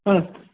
ಹ್ಞೂ